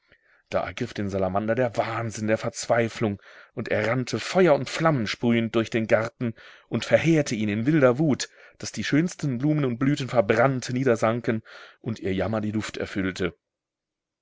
da ergriff den salamander der wahnsinn der verzweiflung und er rannte feuer und flammen sprühend durch den garten und verheerte ihn in wilder wut daß die schönsten blumen und blüten verbrannt niedersanken und ihr jammer die luft erfüllte